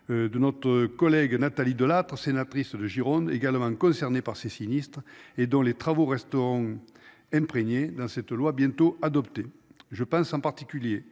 De notre collègue Nathalie Delattre sénatrice de Gironde également concernés par ces sinistres et dont les travaux resteront. Imprégnée dans cette loi bientôt adopter je pense en particulier